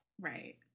right